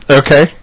okay